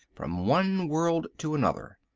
from one world to another.